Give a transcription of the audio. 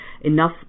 enough